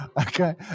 Okay